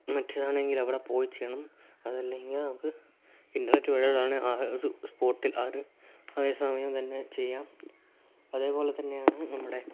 മറ്റതാണെങ്കില് അവിടെ പോയി ചെയ്യണം അതല്ലങ്കിൽ നമുക്ക് ഇന്റർനെറ്റ് വഴിയുള്ളതാണ് ആ ഒരു സ്പോട്ടിൽ ആ ഒരു സമയം തന്നെ ചെയ്യാം അതെ പോലെതന്നെയാണ് നമ്മുടെ